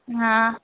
हा